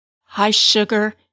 high-sugar